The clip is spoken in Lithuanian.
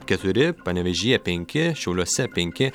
keturi panevėžyje penki šiauliuose penki